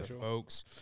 folks